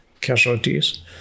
casualties